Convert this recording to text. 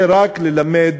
זה רק מלמד